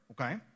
okay